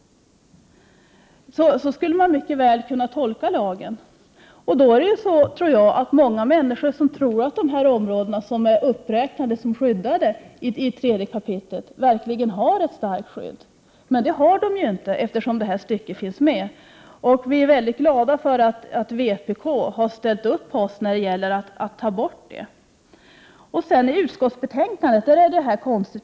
Så skulle man väl kunna tolka lagen. Då tror många människor att de områden som är uppräknade som skyddade i 3 kap. verkligen har ett starkt skydd. Det har de inte, eftersom det stycke jag läste upp finns med. Vi är väldigt glada för att vpk har stött oss i strävan att ta bort stycket. Men utskottsbehandlingen är konstig.